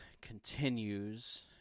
continues